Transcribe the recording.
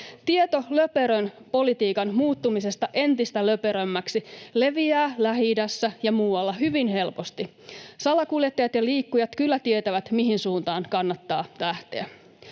Tieto löperön politiikan muuttumisesta entistä löperömmäksi leviää Lähi-idässä ja muualla hyvin helposti. Salakuljettajat ja liikkujat kyllä tietävät, mihin suuntaan kannattaa lähteä.